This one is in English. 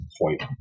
point